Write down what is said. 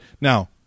now